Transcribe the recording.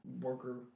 worker